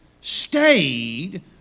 stayed